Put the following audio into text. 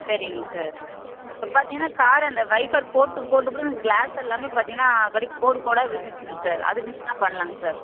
சரிங்க சார் இப்போ பார்த்திங்கன்னா கார் அந்த வைப்பர் போட்டு போட்டு கூட கிளாஸ் எல்லாமே பார்த்திங்கன்னா அப்டியே கோடு கோடாக விழுந்துருச்சிங்க சார் அதுக்கெல்லாம் என்ன பண்ணலாங்க சார்